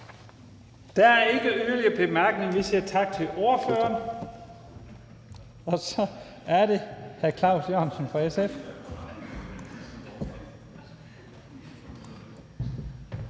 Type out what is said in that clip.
Der er ikke yderligere korte bemærkninger. Vi siger tak til ordføreren. Så er det hr. Claus Jørgensen fra SF.